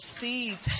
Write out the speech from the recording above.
seeds